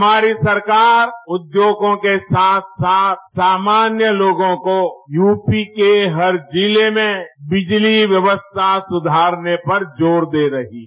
हमारी सरकार उद्योगों के साथ साथ सामान्य लोगों को यूपी के हर जिले में बिजली व्यवस्था सुधारने पर जोर दे रही है